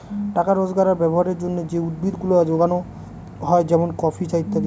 টাকা রোজগার আর ব্যবহারের জন্যে যে উদ্ভিদ গুলা যোগানো হয় যেমন কফি, চা ইত্যাদি